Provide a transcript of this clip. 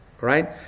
right